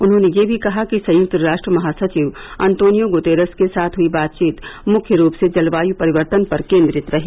उन्होंने यह भी कहा कि संयुक्त राष्ट्र महासविव अंतोनिर्यो गुतेरेस के साथ हुई बातचीत मुख्य रूप से जलवायु परिवर्तन पर केंद्रित रही